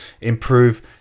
improve